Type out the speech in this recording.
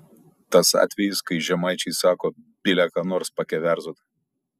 tas atvejis kai žemaičiai sako bile ką nors pakeverzot